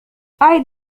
أعد